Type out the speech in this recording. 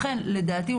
לדעתי,